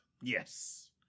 Yes